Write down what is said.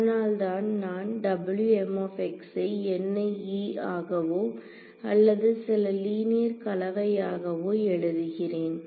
அதனால்தான் நான் ஐ ஆகவே அல்லது சில லீனியர் கலவையாகவோ எழுதுகிறேன்